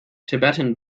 tibetan